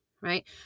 right